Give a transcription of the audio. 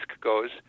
goes